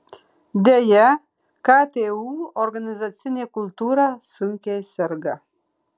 deja ktu organizacinė kultūra sunkiai serga